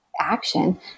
action